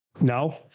no